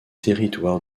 territoire